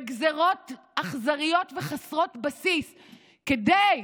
בגזרות אכזריות וחסרות בסיס כדי,